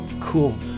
cool